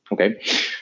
okay